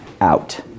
out